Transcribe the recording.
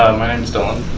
my name's dylan.